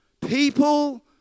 People